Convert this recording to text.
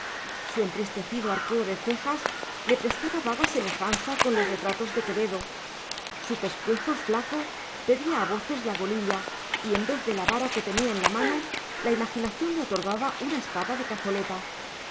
su entristecido arqueo de cejas le prestaba vaga semejanza con los retratos de quevedo su pescuezo flaco pedía a voces la golilla y en vez de la vara que tenía en la mano la imaginación le otorgaba una espada de cazoleta